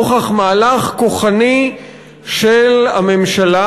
נוכח מהלך כוחני של הממשלה.